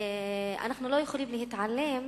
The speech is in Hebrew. אנחנו לא יכולים להתעלם,